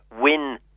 win